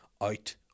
out